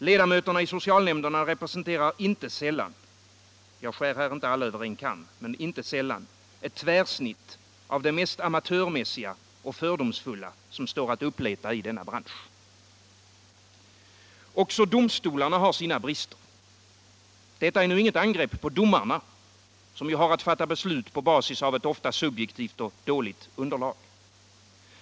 Ledamöterna i socialnämnderna representerar inte sällan — jag skär här inte alla över en kam -— ett tvärsnitt av det mest amatörmässiga och fördomsfulla som står att uppleva i denna bransch. Också domstolarna har brister. Detta är nu inget angrepp på domarna, som ju har att fatta beslut på basis av ofta subjektivt och dåligt underlag.